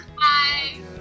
bye